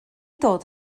dod